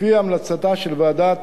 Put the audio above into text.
לפי המלצתה של ועדת